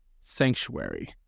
Sanctuary